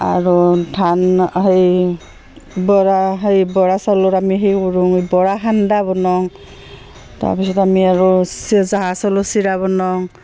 আৰু ধান সেই বৰা সেই বৰা চাউলৰ আমি সেই কৰোঁ বৰা সান্দা বনাওঁ তাৰপিছত আমি আৰু জাহা চাউলৰ চিৰা বনাওঁ